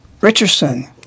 Richardson